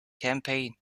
campaign